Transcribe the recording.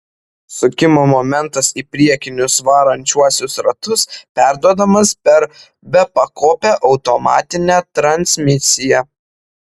sukimo momentas į priekinius varančiuosius ratus perduodamas per bepakopę automatinę transmisiją